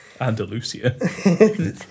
Andalusia